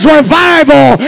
revival